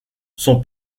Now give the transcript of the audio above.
son